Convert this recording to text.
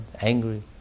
Angry